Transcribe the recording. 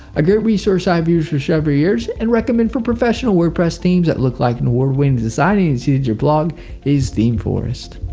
a great resource i have used for several years and recommend for professional wordpress themes that look like an award-winning design agency did your blog is themeforest.